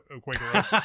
Quaker